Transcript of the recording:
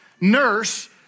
nurse